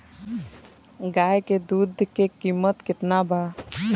गाय के दूध के कीमत केतना बा?